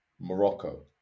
Morocco